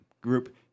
group